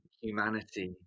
humanity